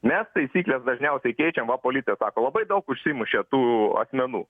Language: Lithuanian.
mes taisykles dažniausiai keičiam va policija sako labai daug užsimušė tų asmenų